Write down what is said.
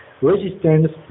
Resistance